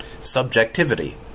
Subjectivity